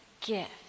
gift